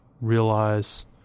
realize